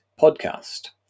podcast